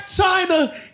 China